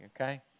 Okay